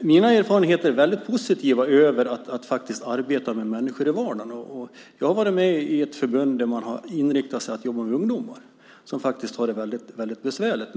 Mina erfarenheter är mycket positiva när det gäller att arbeta med människor i vardagen. Jag har varit med i ett förbund som inriktar sig på att arbeta med ungdomar som har det besvärligt.